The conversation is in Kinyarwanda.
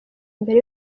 imbere